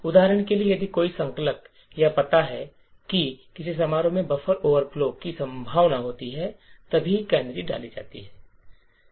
उदाहरण के लिए यदि कोई संकलक यह पाता है कि किसी समारोह में बफर ओवरफ्लो की संभावना होती है तभी कैनरी डाली जाती है